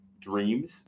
dreams